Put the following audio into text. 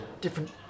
different